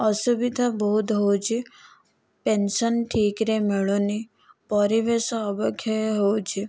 ଅସୁବିଧା ବହୁତ ହେଉଛି ପେନସନ୍ ଠିକ୍ ସେ ମିଳୁନି ପରିବେଶ ଅବକ୍ଷେପ ହେଉଛି